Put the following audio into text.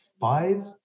five